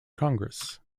congress